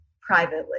privately